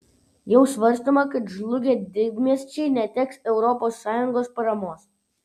jau svarstoma kad žlugę didmiesčiai neteks dalies europos sąjungos paramos